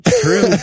True